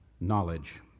knowledge